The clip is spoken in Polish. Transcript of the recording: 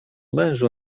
mężu